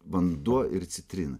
vanduo ir citrina